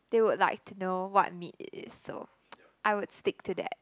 they would like to know what meat it is so I would stick to that